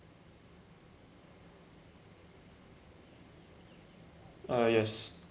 uh yes